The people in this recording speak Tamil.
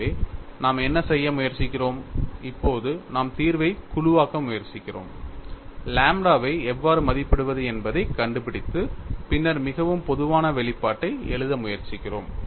எனவே நாம் என்ன செய்ய முயற்சிக்கிறோம் இப்போது நாம் தீர்வைக் குழுவாக்க முயற்சிக்கிறோம் லாம்ப்டாவை எவ்வாறு மதிப்பிடுவது என்பதைக் கண்டுபிடித்து பின்னர் மிகவும் பொதுவான வெளிப்பாட்டை எழுத முயற்சிக்கிறோம்